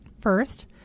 First